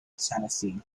tennessee